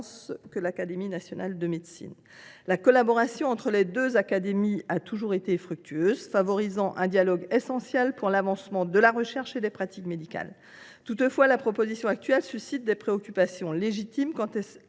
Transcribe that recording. que l’Académie nationale de médecine. La collaboration entre les deux instances a toujours été fructueuse, ce qui a contribué au développement d’un dialogue essentiel pour l’avancement de la recherche et des pratiques médicales. Toutefois, la proposition de loi suscite des préoccupations légitimes quant à